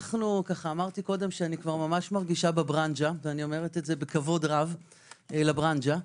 אני ממש מרגישה בברנז'ה ואני אומרת זאת בכבוד רב לברנז'ה.